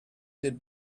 did